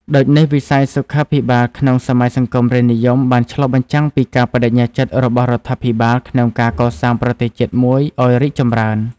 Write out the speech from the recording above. ដូចនេះ វិស័យសុខាភិបាលក្នុងសម័យសង្គមរាស្រ្តនិយមបានឆ្លុះបញ្ចាំងពីការប្តេជ្ញាចិត្តរបស់រដ្ឋាភិបាលក្នុងការកសាងប្រទេសជាតិមួយឱ្យរីកចម្រើន។